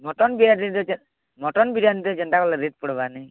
mutton ବିରିୟାନୀରେ mutton ବିରିୟାନୀରେ ଯେନ୍ତା କଲେ ରେଟ୍ ପଡ଼ବାନି